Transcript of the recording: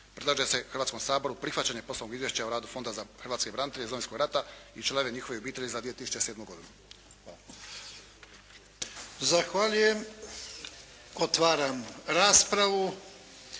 Predlaže se Hrvatskom saboru prihvaćanje poslovnog izvješća o radu Fonda za hrvatske branitelje iz Domovinskog rata i članove njihovih obitelji za 2007. godinu. Hvala. **Jarnjak, Ivan